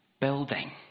building